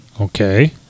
Okay